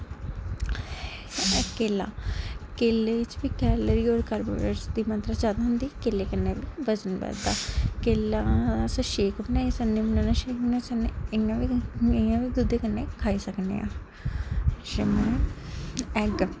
केला केले च बी कैलरी होर कार्बोहाईड्रेटस दी मात्रा जादा होंदी केले कन्नै बी बजन बधदा केला अस शेक बनाई सकने इ'न्ना किश बनाइयै दुद्धे कन्नै खाई सकने आं छेंमा एग